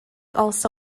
also